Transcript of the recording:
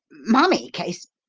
mummy-case!